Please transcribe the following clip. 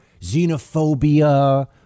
xenophobia